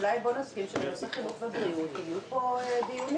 אולי בואו נסכים שבנושאי חינוך ובריאות יהיו פה דיונים.